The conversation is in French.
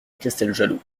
casteljaloux